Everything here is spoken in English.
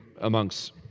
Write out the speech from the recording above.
amongst